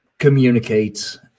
Communicate